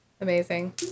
amazing